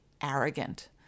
arrogant